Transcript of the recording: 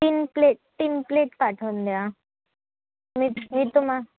तीन प्लेट तीन प्लेट पाठवून द्या मी मी तुम्हा